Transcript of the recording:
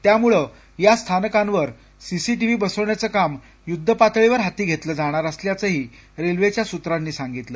त्यामुळं या स्थानकांवर सी सी टी व्ही बसविण्याचं काम युद्धपातळीवर हाती घेतलं जाणार असल्याचं ही रेल्वेच्या सूत्रांनी सांगितलं